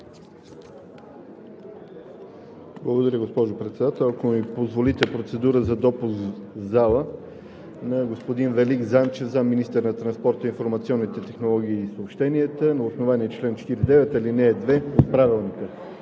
Благодаря, госпожо Председател. Ако ми позволите, процедура за допуск в залата на господин Велик Занчев – заместник-министър на транспорта, информационните технологии и съобщенията, на основание чл. 49, ал. 2 от Правилника.